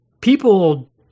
people